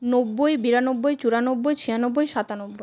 নব্বই বিরানব্বই চুরানব্বই ছিয়ানব্বই সাতানব্বই